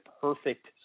perfect